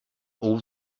old